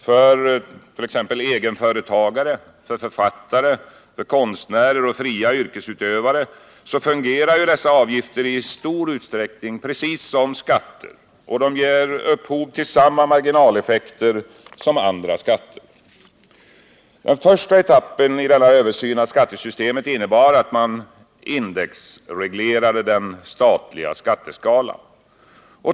För exempelvis egenföretagare, författare, konstnärer och fria yrkesutövare fungerar dessa avgifter i stor utsträckning precis som skatter och ger upphov till samma marginaleffekter som andra skatter. Den första etappen i denna översyn av skattesystemet innebar att man indexreglerade den statliga skatteskalan.